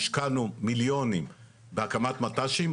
השקענו מיליונים בהקמת מט"שים,